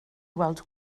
weld